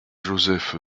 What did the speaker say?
joseph